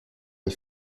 les